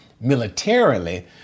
militarily